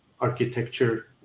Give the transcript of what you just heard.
architecture